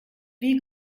wie